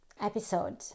episode